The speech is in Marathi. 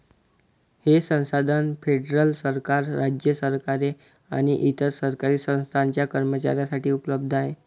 हे संसाधन फेडरल सरकार, राज्य सरकारे आणि इतर सरकारी संस्थांच्या कर्मचाऱ्यांसाठी उपलब्ध आहे